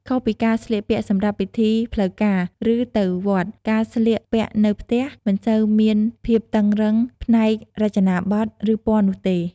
ខុសពីការស្លៀកពាក់សម្រាប់ពិធីផ្លូវការ ឬទៅវត្ត ការស្លៀកពាក់នៅផ្ទះមិនសូវមានភាពតឹងរ៉ឹងផ្នែករចនាបថ ឬពណ៌នោះទេ។